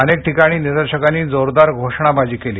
अनेक ठिकाणी निदर्शकांनी जोरदार घोषणाबाजी केली